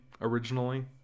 originally